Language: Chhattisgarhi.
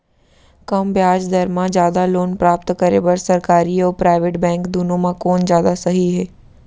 कम ब्याज दर मा जादा लोन प्राप्त करे बर, सरकारी अऊ प्राइवेट बैंक दुनो मा कोन जादा सही हे?